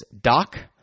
Doc